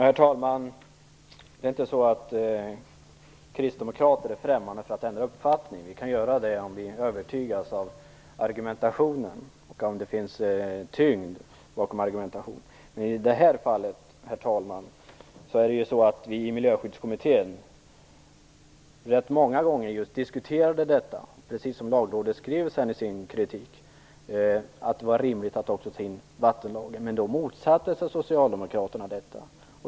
Herr talman! Det är inte så att kristdemokrater är främmande för att ändra uppfattning. Vi kan göra det om vi övertygas av argumentationen och om det finns tyngd bakom den. I det här fallet diskuterade vi i Miljöskyddskommittén rätt många gånger - precis som Lagrådet sedan framförde i sin kritik - att det vore rimligt att också ta in vattenlagen. Men då motsatte sig socialdemokraterna detta.